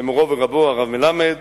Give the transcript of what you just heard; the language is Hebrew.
ומורו ורבו הרב מלמד